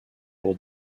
pour